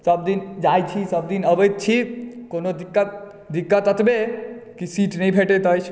सभ दिन जाइत छी सभ दिन अबैत छी कोनो दिक्कत दिक्कत एतबे एहि जे सीट नहि भेटैत अछि